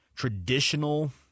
traditional